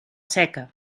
seca